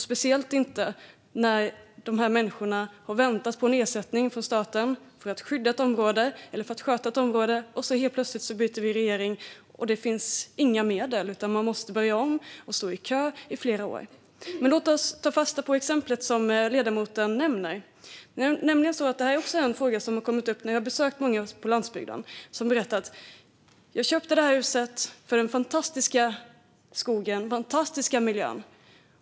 Speciellt är det så när dessa människor har väntat på en ersättning från staten för ett skyddat område eller för att sköta ett område, och så byter vi plötsligt regering och det finns inga medel, utan de måste börja om och stå i kö i flera år. Låt oss ta fasta på exemplet som ledamoten nämner. Detta är nämligen också en fråga som har kommit upp när jag har besökt många på landsbygden. De berättar att de köpte sitt hus för den fantastiska skogen, den fantastiska miljön.